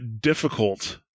difficult